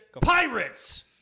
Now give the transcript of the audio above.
Pirates